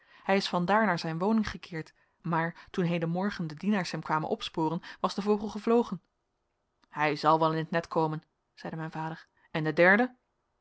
hij is vandaar naar zijn woning gekeerd maar toen heden morgen de dienaars hem kwamen opsporen was de vogel gevlogen hij zal wel in het net komen zeide mijn vader en de derde